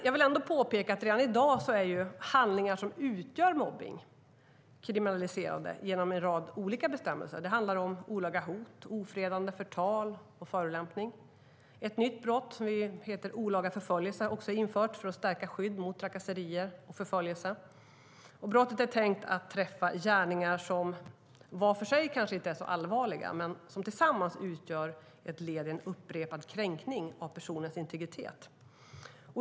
Jag vill ändå påpeka att handlingar som utgör mobbning redan i dag är kriminaliserade genom en rad olika bestämmelser. Det handlar om olaga hot, ofredande, förtal och förolämpning. Ett nytt brott som heter olaga förföljelse har också införts för att stärka skyddet mot trakasserier och förföljelse. Detta brott är tänkt att gälla gärningar som var för sig kanske inte är så allvarliga men som tillsammans utgör ett led i en upprepad kränkning av personens integritet.